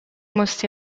most